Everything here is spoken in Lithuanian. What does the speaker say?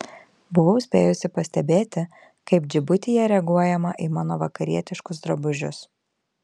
buvau spėjusi pastebėti kaip džibutyje reaguojama į mano vakarietiškus drabužius